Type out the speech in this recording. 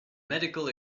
medical